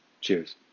Cheers